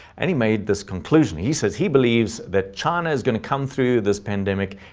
and he made this conclusion, he says he believes that china is going to come through this pandemic,